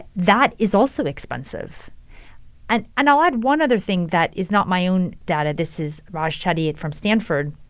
that is also expensive and and i'll add one other thing that is not my own data. this is raj chetty from stanford.